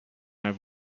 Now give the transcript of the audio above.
have